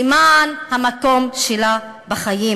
למען המקום שלה בחיים.